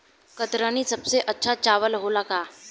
कतरनी सबसे अच्छा चावल होला का?